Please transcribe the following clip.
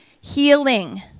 Healing